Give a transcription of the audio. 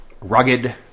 Rugged